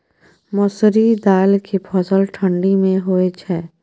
मसुरि दाल के फसल ठंडी मे होय छै?